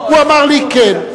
הוא אמר לי כן.